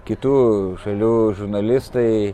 kitų šalių žurnalistai